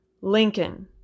Lincoln